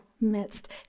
midst